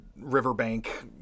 riverbank